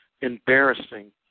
embarrassing